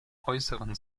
äußeren